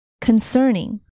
Concerning